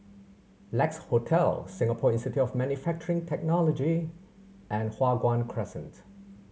Lex Hotel Singapore Institute of Manufacturing Technology and Hua Guan Crescent